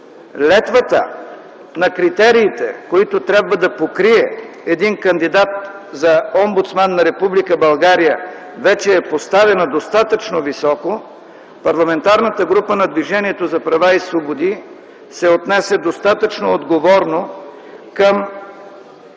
летвата на критериите, които трябва да покрие един кандидат за омбудсман на Република България, вече е поставена достатъчно високо, Парламентарната група на Движението за права и свободи се отнесе достатъчно отговорно към